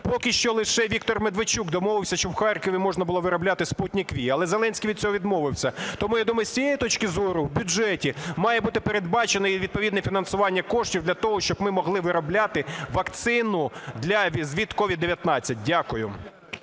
поки що лише Віктор Медведчук домовився, що в Харкові можна було виробляти "Спутник V". Але Зеленський від цього відмовився. Тому я думаю з цієї точки зору у бюджеті має бути передбачено і відповідне фінансування коштів для того, щоб ми могли виробляти вакцину від COVID-19. Дякую.